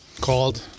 called